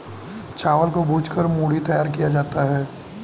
चावल को भूंज कर मूढ़ी तैयार किया जाता है